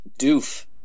doof